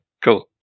cool